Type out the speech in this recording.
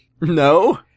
No